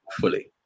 fully